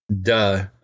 duh